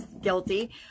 guilty